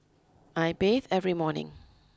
I bathe every morning